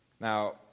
Now